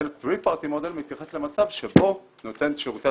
Three Party Model מתייחס למצב שבו נותן שירותי